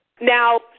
Now